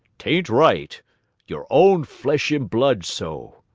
t ain't right your own flesh and blood so.